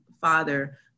Father